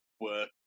work